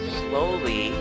slowly